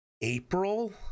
April